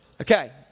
Okay